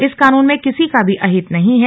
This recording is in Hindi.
इस कानून में किसी का भी अहित नहीं है